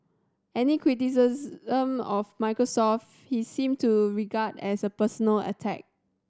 any criticism of Microsoft he seemed to regard as a personal attack